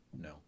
No